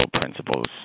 principles